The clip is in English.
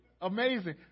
Amazing